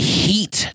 heat